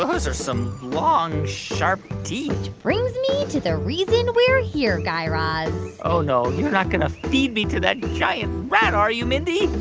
those are some long, sharp teeth. which brings me to the reason we're here, guy raz oh, no, you're not going to feed me to that giant rat, are you, mindy?